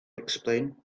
explain